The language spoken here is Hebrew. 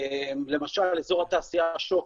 למשל אזור התעשייה שוקת,